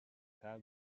have